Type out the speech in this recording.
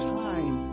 time